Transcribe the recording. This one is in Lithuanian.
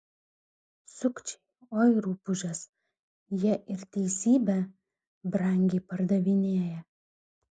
sukčiai oi rupūžės jie ir teisybę brangiai pardavinėja